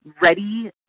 ready